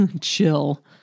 chill